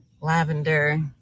lavender